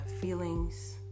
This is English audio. feelings